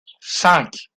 cinq